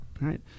Right